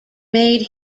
made